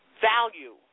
value